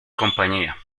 compañía